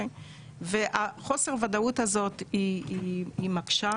חוסר הוודאות הזאת מקשה,